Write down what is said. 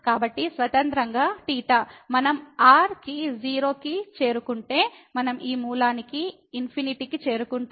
కాబట్టి స్వతంత్రంగా మనం r కి 0 కి చేరుకుంటే మనం ఈ మూలానికి ఇన్ఫినిటీకి చేరుకుంటాము